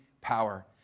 power